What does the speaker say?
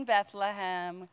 Bethlehem